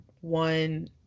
one